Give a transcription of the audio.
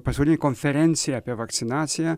pasaulinė konferencija apie vakcinaciją